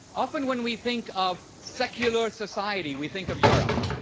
often when we think of secular society, we think of europe.